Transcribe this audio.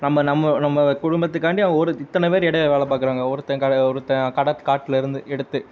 நம்ம நம்ம நம்ம குடும்பத்துக்காண்டி அவன் ஒரு இத்தனை பேர் இடையில வேலை பார்க்கறாங்க ஒருத்தன் கடை ஒருத்தன் கடை காட்டிலேருந்து எடுத்து